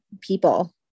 people